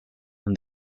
and